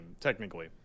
technically